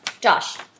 Josh